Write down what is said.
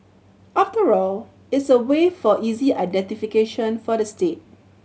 after all it's a way for easy identification for the state